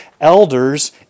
elders